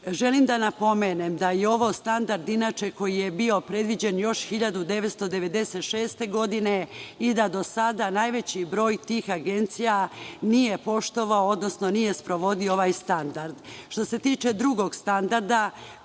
da napomenem da je ovo standard inače koji je bio predviđen 1996. godine i da do sada najveći broj tih agencija nije poštovao, odnosno nije sprovodio ovaj standard. Što se tiče drugog standarda